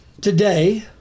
Today